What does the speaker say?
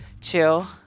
chill